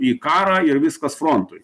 į karą ir viskas frontui